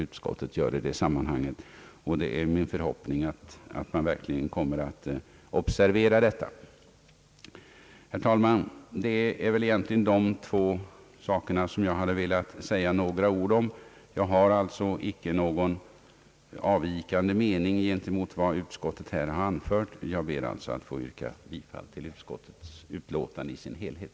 Det är min förhoppning att regeringen verkligen kommer att observera detta uttalande. Detta är, herr talman, egentligen de två frågor som jag velat beröra. Jag har alltså icke någon avvikande mening gentemot vad utskottet har anfört. Jag ber att få yrka bifall till utskottets utlåtande i dess helhet.